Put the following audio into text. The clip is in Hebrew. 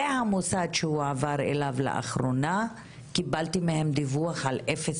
ובסופו של דבר קיבלתי מהמוסד שהוא עבר אליו לאחרונה קיבלתי דיווח על אפס